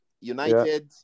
United